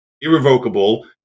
irrevocable